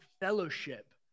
fellowship